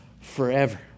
forever